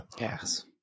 Yes